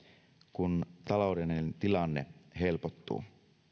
kun taloudellinen tilanne helpottuu